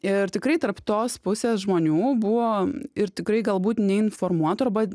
ir tikrai tarp tos pusės žmonių buvo ir tikrai galbūt neinformuotų arba